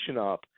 up